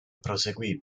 proseguì